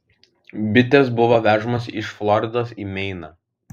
bitės buvo vežamos iš floridos į meiną